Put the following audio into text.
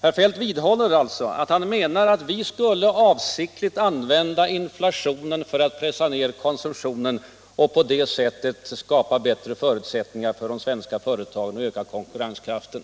Herr Feldt vidhåller att han menar att regeringen skulle avsiktligt använda inflationen för att pressa ned konsumtionen och på det sättet skapa bättre förutsättningar för de svenska företagen att öka konkurrenskraften.